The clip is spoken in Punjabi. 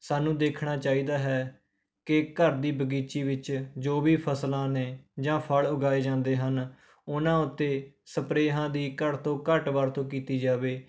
ਸਾਨੂੰ ਦੇਖਣਾ ਚਾਹੀਦਾ ਹੈ ਕਿ ਘਰ ਦੀ ਬਗੀਚੀ ਵਿੱਚ ਜੋ ਵੀ ਫਸਲਾਂ ਨੇ ਜਾਂ ਫਲ ਉਗਾਏ ਜਾਂਦੇ ਹਨ ਉਹਨਾਂ ਉੱਤੇ ਸਪਰੇਆਂ ਦੀ ਘੱਟ ਤੋਂ ਘੱਟ ਵਰਤੋਂ ਕੀਤੀ ਜਾਵੇ